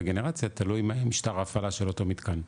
וגנרציה תלוי מה משטר ההפעלה של אותו מתקם.